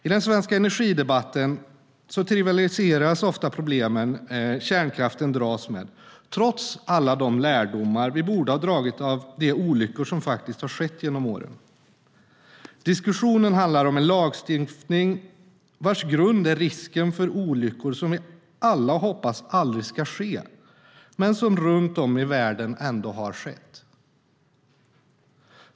I den svenska energidebatten trivialiseras ofta de problem kärnkraften dras med, trots alla de lärdomar vi borde ha dragit av de olyckor som faktiskt har skett genom åren. Diskussionen handlar om en lagstiftning vars grund är risken för olyckor som vi alla hoppas aldrig ska ske, men som runt om i världen ändå har skett.